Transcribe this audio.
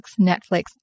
Netflix